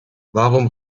warum